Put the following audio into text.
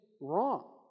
wrong